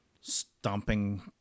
stomping